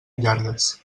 llargues